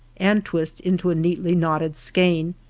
and twist into a neatly knotted skein,